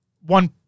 one